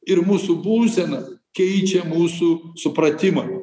ir mūsų būsenas keičia mūsų supratimą